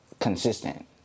consistent